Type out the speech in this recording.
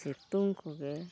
ᱥᱤᱛᱩᱝ ᱠᱚᱜᱮ